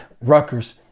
Rutgers